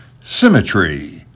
symmetry